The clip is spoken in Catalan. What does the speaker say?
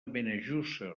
benejússer